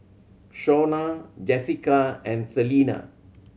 Shonna Jessika and Salina